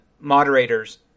moderators